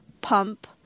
pump